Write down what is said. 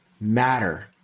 matter